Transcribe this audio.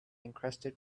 encrusted